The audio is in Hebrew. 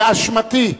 באשמתי,